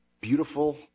beautiful